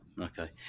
Okay